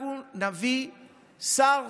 אנחנו נביא שר,